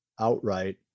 outright